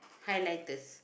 highlighters